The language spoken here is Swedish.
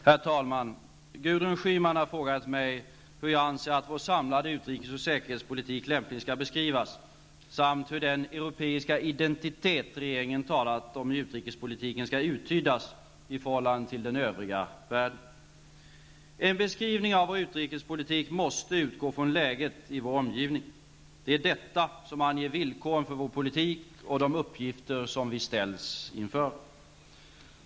Herr talman! Gudrun Schyman har frågat mig hur jag anser att vår samlade utrikes och säkerhetspolitik lämpligen skall beskrivas, samt hur den ''europeiska identitet'' regeringen talat om i utrikespolitiken skall uttydas i förhållande till den övriga världen. En beskrivning av vår utrikespolitik måste utgå från läget i vår omgivning. Det är detta som anger villkoren för vår politik och de uppgifter som vi ställs inför.